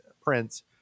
prints